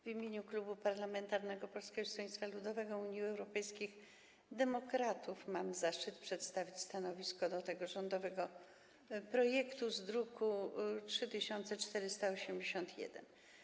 W imieniu Klubu Poselskiego Polskiego Stronnictwa Ludowego - Unii Europejskich Demokratów mam zaszczyt przedstawić stanowisko wobec rządowego projektu z druku nr 3481.